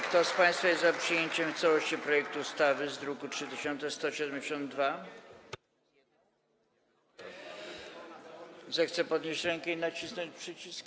Kto z państwa jest za przyjęciem w całości projektu ustawy w brzmieniu z druku nr 3172, zechce podnieść rękę i nacisnąć przycisk.